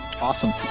Awesome